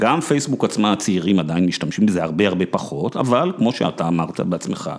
גם פייסבוק עצמה, הצעירים עדיין משתמשים בזה הרבה הרבה פחות, אבל כמו שאתה אמרת בעצמך.